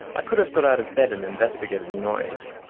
i could have got out of bed and investigated the noise,